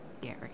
Gary